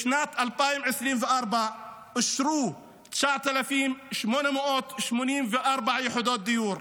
בשנת 2024 אושרו 9,884 יחידות דיור.